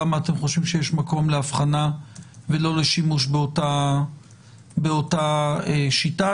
למה אתם חושבים שיש מקום לאבחנה ולא לשימוש באותה שיטה.